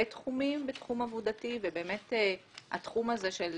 תחומים בתחום עבודתי ובאמת התחום הזה של